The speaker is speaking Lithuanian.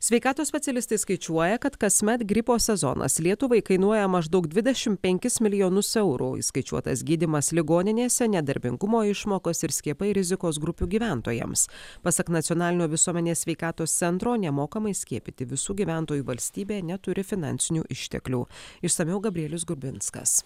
sveikatos specialistai skaičiuoja kad kasmet gripo sezonas lietuvai kainuoja maždaug dvidešimt penkis milijonus eurų įskaičiuotas gydymas ligoninėse nedarbingumo išmokos ir skiepai rizikos grupių gyventojams pasak nacionalinio visuomenės sveikatos centro nemokamai skiepyti visų gyventojų valstybė neturi finansinių išteklių išsamiau gabrielius grubinskas